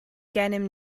gennym